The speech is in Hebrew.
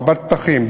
רבת פתחים,